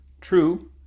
True